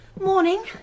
Morning